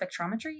spectrometry